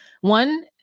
one